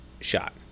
Shot